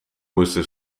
moesten